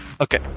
Okay